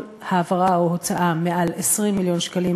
כל העברה או הוצאה מעל 20 מיליון שקלים,